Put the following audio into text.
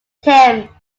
tim